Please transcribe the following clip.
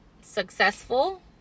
successful